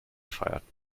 feiert